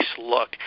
look